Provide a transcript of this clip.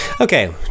Okay